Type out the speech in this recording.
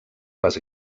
les